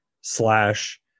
slash